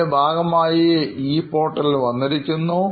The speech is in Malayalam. അതിൻറെ ഭാഗമായി ഈ പോർട്ടലുകൾ വന്നിരിക്കുന്നു